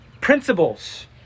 principles